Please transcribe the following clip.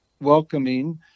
welcoming